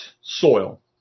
soil